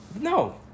No